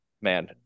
man